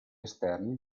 esterni